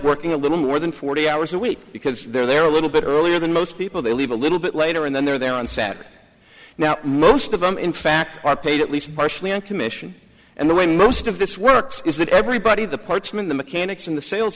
working a little more than forty hours a week because they're there a little bit earlier than most people they leave a little bit later and then they're there on saturday now most of them in fact are paid at least partially on commission and the way most of this works is that everybody the parchment the mechanics and the sales